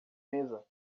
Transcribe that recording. mesa